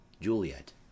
Juliet